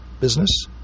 business